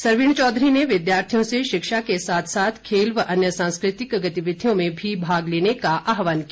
सरवीण चौधरी ने विद्यार्थियों से शिक्षा के साथ साथ खेल व अन्य सांस्कृतिक गतिविधियों में भी भाग लेने का आहवान किया